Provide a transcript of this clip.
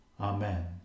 Amen